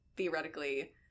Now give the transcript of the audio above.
Theoretically